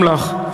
שלום לך.